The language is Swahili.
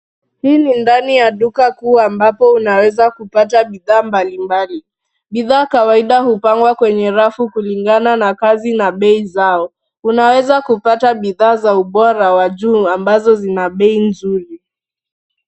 Hii ni ndani ya duka kuu ambapo unaweza pata bidhaa mbalimbali. Bidhaa kawaida hupangwa kwenye rafu kulingana na kazi na bei zao unaweza kupata bidhaa za ubora wa juu ambazo zina bei nzuri.